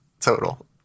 Total